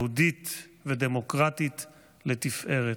יהודית ודמוקרטית לתפארת.